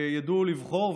וידעו לבחור.